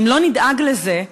ואם לא נדאג לזה,